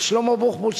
את שלמה בוחבוט,